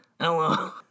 Hello